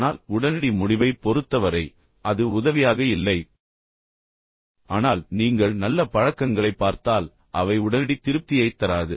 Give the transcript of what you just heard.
ஆனால் உடனடி முடிவைப் பொறுத்தவரை அது உதவியாக இல்லை ஆனால் நீங்கள் நல்ல பழக்கங்களைப் பார்த்தால் அவை உடனடி திருப்தியைத் தராது